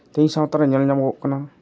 ᱛᱮᱦᱤᱧ ᱥᱟᱶᱛᱟ ᱨᱮ ᱧᱮᱞ ᱧᱟᱢᱚ ᱜᱚᱜ ᱠᱟᱱᱟ